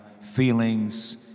feelings